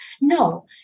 No